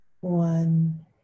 one